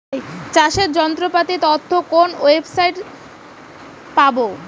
চাষের যন্ত্রপাতির তথ্য কোন ওয়েবসাইট সাইটে পাব?